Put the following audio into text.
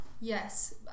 Yes